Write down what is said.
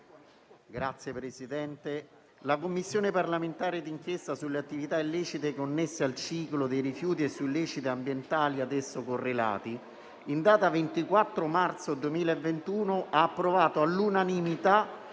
la Commissione parlamentare d'inchiesta sulle attività illecite connesse al ciclo dei rifiuti e su illeciti ambientali ad esso correlati, in data 24 marzo 2021, ha approvato all'unanimità